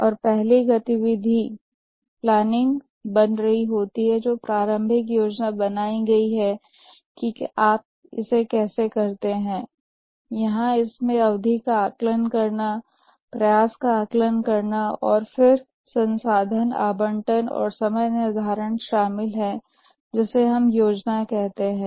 और यदि पहली गतिविधि योजना है तो प्रारंभिक योजना बनाई गई है कि आप इसे कैसे करते हैं यहां इसमें अवधि का आकलन करना प्रयास का आकलन करना और फिर संसाधन आवंटन और समय निर्धारण शामिल है जिसे हम योजना कहते हैं